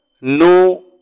no